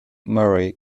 murray